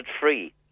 free